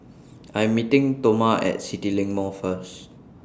I Am meeting Toma At CityLink Mall First